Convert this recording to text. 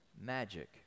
magic